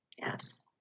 Yes